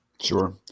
Sure